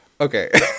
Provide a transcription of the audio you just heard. Okay